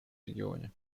регионе